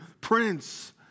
Prince